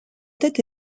tête